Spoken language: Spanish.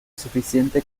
suficiente